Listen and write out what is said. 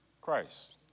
Christ